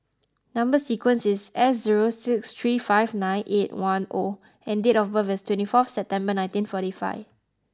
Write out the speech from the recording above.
number sequence is S zero six three five nine eight one O and date of birth is twenty four September nineteen forty five